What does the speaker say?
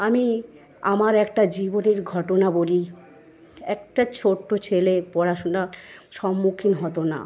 আমি আমার একটা জীবনের ঘটনা বলি একটা ছোট্ট ছেলে পড়াশুনার সম্মুখীন হতো না